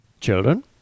Children